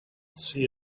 see